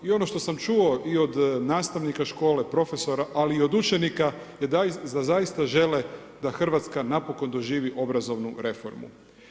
I ono što sam čuo i od nastavnika škole, profesora, ali i od učenika, da zaista žele da Hrvatska napokon doživi obrazovnu reformu.